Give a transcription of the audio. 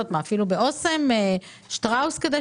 בדק שמקו